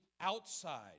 outside